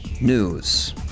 news